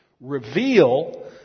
reveal